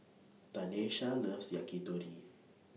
Tanesha loves Yakitori